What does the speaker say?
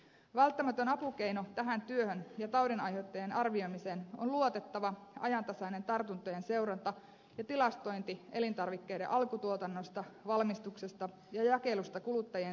välttämätön apukeino tähän työhön ja taudinaiheuttajien arvioimiseen on luotettava ja ajantasainen tartuntojen seuranta ja tilastointi elintarvikkeiden alkutuotannosta valmistuksesta ja jakelusta kuluttajien sairaustapauksiin asti